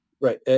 Right